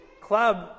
club